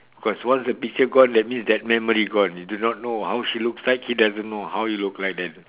cause once the picture gone that means that memory gone you do not know how she looks like he doesn't know how he look like then